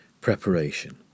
preparation